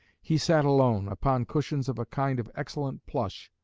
he sat alone, upon cushions of a kind of excellent plush,